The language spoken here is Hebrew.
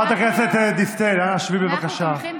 היה שווה למכור את